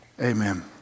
Amen